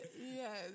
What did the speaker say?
Yes